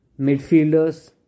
midfielders